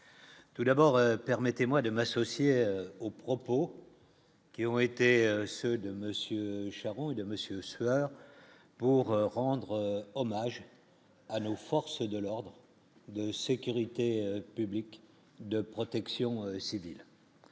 tout d'abord, permettez-moi de m'associer aux propos qui ont été ceux de Monsieur Sharon de monsieur sueur pour rendre hommage. Alain aux forces de l'ordre de sécurité publique de protection civile.